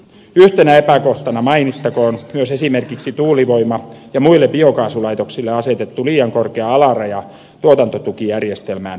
yhtenä epäkohtana mainittakoon myös esimerkiksi tuulivoima ja biokaasulaitoksille asetettu liian korkea alaraja tuotantotukijärjestelmään pääsylle